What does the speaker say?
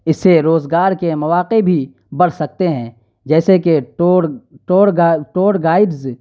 اس سے روزگار کے مواقع بھی بڑھ سکتے ہیں جیسے کہ ٹور ٹور گا ٹور گائیڈز